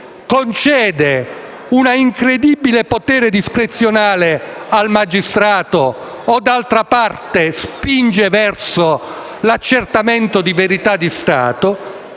concede un incredibile potere discrezionale al magistrato o, in alternativa, spinge verso l'accertamento di verità di Stato;